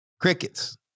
Crickets